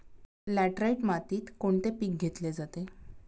Laterite मातीत कोणते पीक घेतले जाते?